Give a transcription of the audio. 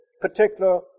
particular